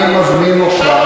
אני מזמין אותך,